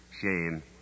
shame